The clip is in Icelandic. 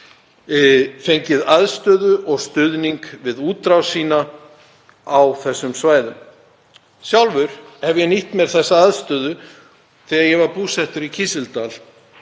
fengið aðstöðu og stuðning við útrás sína á þessum svæðum. Sjálfur nýtti ég mér þessa aðstöðu þegar ég var búsettur í Kísildal.